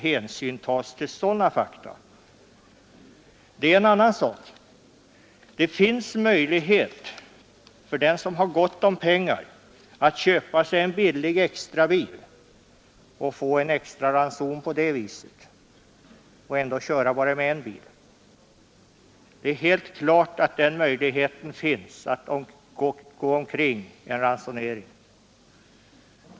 Hänsyn måste tas till sådana fakta. En annan sak: det finns möjlighet för den som har gott om pengar att köpa sig en billig extrabil och få en extra ranson på det viset för att sedan köra bara med en bil. Det är helt klart, att en sådan möjlighet finns att kringgå en ransonering.